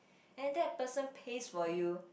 and that person pays for you